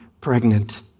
pregnant